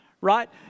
right